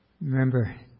Remember